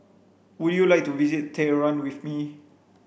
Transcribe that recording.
would you like to visit Tehran with me